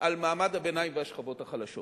על מעמד הביניים והשכבות החלשות.